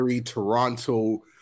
Toronto